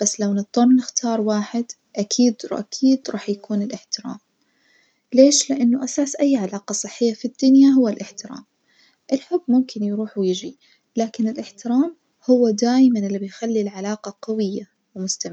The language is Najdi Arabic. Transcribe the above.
بس لو نضطر اختار واحد أكيد أكيد راح يكون الاحترام، ليش؟ لإنه أساس أي علاقة صحية في الدنيا هو الاحترام، الحب ممكن يروح ويجي لكن الاحترام هو دايمًا البيخلي العلاقة قوية ومستمرة.